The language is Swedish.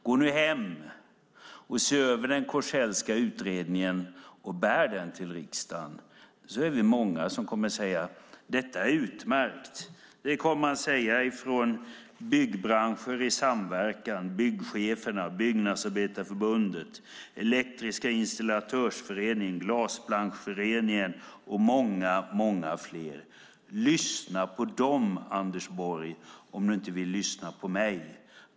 Gå nu hem och se över den Korsellska utredningen och bär den till riksdagen. Vi är många som kommer att säga att den är utmärkt, till exempel Byggbranschen i samverkan, Byggcheferna, Byggnadsarbetareförbundet, Elektriska Installatörsorganisationen, Glasbranschföreningen och många andra. Lyssna på dem, Anders Borg, om du inte vill lyssna på mig.